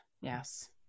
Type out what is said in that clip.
yes